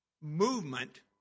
movement